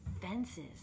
fences